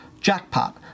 Jackpot